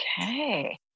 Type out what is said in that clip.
Okay